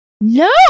no